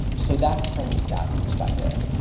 so that's from the stats perspective.